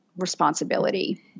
responsibility